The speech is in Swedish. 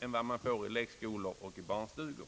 än det görs i lekskolor och barnstugor.